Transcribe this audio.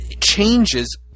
changes